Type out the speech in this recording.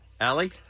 Allie